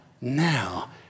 now